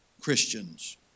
Christians